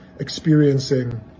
Experiencing